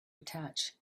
attach